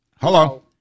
Hello